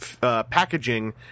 Packaging